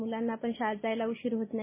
मूलांना पण आता शाळेत जायला उशिर होत नाही